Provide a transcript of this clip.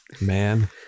Man